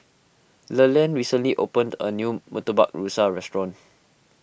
Leland recently opened a new Murtabak Rusa restaurant